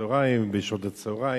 בשעות הצהריים.